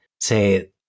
say